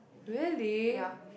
really